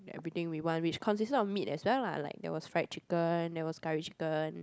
get everything we want which consists of meat as well lah like there was fried chicken there was curry chicken